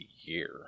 year